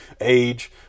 age